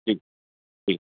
जी जी